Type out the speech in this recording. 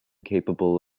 capable